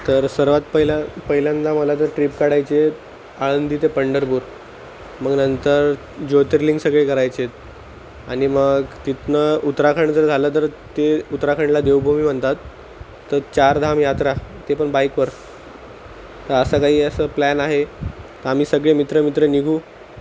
तर सर्वात पहिल्या पहिल्यांदा मला जर ट्रिप काढायची आहे आळंदी ते पंढरपूर मग नंतर ज्योतिर्लिंग सगळे करायचेत आण मग तिथून उत्तराखंड जर झालं तर ते उत्तराखंडला देवभूमी म्हणतात तर चारधाम यात्रा ते पण बाईकवर तर असं काही असं प्लॅन आहे आम्ही सगळे मित्र मित्र निघू